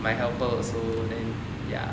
my helper also then ya